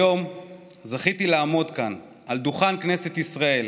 היום זכיתי לעמוד כאן על דוכן כנסת ישראל,